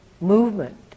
movement